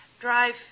drive